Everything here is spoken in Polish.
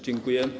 Dziękuję.